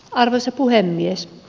arvoisa puhemies